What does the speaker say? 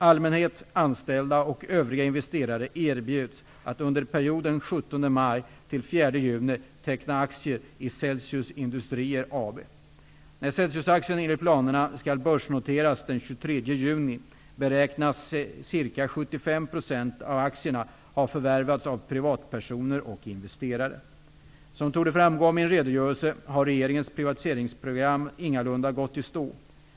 Allmänhet, anställda och övriga investerare erbjuds att under perioden 17 När Celsiusaktien enligt planerna skall börsnoteras den 23 juni, beräknas ca 75 % av aktierna ha förvärvats av privatpersoner och investerare. Som torde framgå av min redogörelse, har regeringens privatiseringsprogram ingalunda gått i stå.